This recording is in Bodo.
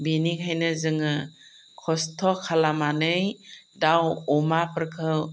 बेनिखायनो जोङो खस्त' खालामनानै दाउ अमाफोरखौ